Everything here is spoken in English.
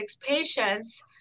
patients